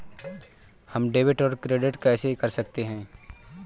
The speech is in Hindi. हम डेबिटऔर क्रेडिट कैसे कर सकते हैं?